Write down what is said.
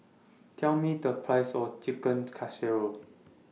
Tell Me The Price of Chicken Casserole